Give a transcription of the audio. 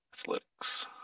athletics